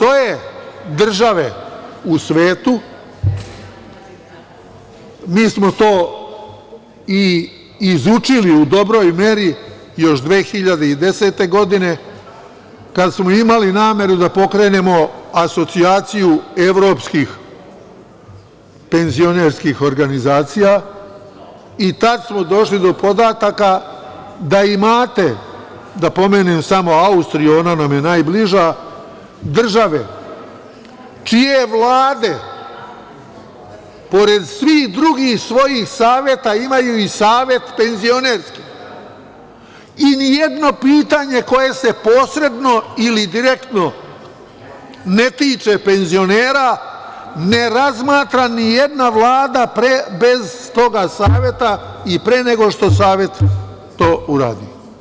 Postoje države u svetu, mi smo to i izučili u dobroj meri još 2010. godine, kada smo imali nameru da pokrenemo asocijaciju evropskih penzionerskih organizacija i tada smo došli do podataka da imate, da pomenem samo Austriju, ona nam je najbliža, države čije vlade pored svih drugih svojih saveta, imaju i penzionerski savet i nijedno pitanje koje se posredno ili direktno ne tiče penzionera, ne razmatra nijedna vlada bez tog saveta i pre nego što savet to uradi.